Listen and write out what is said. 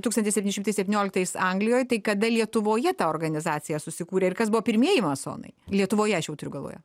tūkstantis septyni šimtai septynioliktais anglijoj tai kada lietuvoje ta organizacija susikūrė ir kas buvo pirmieji masonai lietuvoje aš jau turiu galvoje